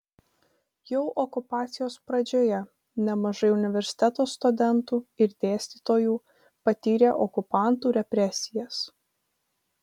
jau okupacijos pradžioje nemažai universiteto studentų ir dėstytojų patyrė okupantų represijas